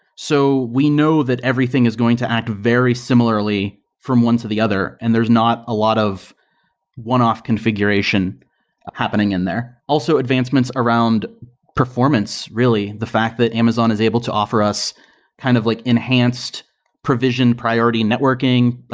so we know that everything is going to act very similarly from one to the other and there's not a lot of one-off configuration happening in there. also, advancements around performance. really, the fact that amazon is able to offer us kind of like enhanced provision priority networking,